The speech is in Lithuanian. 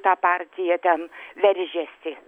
tą partiją ten veržiasi